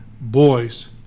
Boys